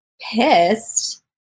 pissed